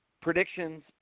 predictions